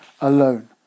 alone